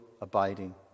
abiding